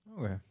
Okay